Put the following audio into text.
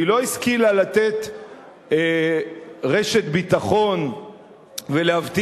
והיא לא השכילה לתת רשת ביטחון ולהבטיח,